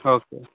okay